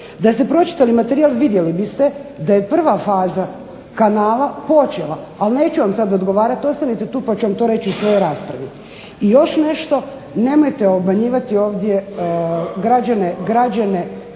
Da ste pročitali materijal vidjeli biste da je prva faza kanala počela ali neću vam sada odgovarati ali ostanite tu pa ću vam to reći u svojoj raspravi. I još nešto, nemojte obmanjivati ovdje građane